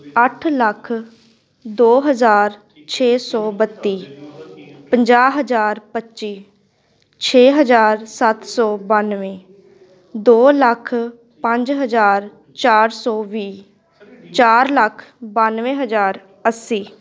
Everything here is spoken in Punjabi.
ਅੱਠ ਲੱਖ ਦੋ ਹਜ਼ਾਰ ਛੇ ਸੌ ਬੱਤੀ ਪੰਜਾਹ ਹਜ਼ਾਰ ਪੱਚੀ ਛੇ ਹਜ਼ਾਰ ਸੱਤ ਸੌ ਬਾਨਵੇਂ ਦੋ ਲੱਖ ਪੰਜ ਹਜ਼ਾਰ ਚਾਰ ਸੌ ਵੀਹ ਚਾਰ ਲੱਖ ਬਾਨਵੇਂ ਹਜ਼ਾਰ ਅੱਸੀ